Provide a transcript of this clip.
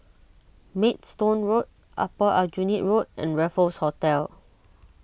Maidstone Road Upper Aljunied Road and Raffles Hotel